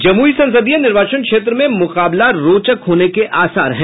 जमुई संसदीय निर्वाचन क्षेत्र में मुकाबला रोचक होने के आसार हैं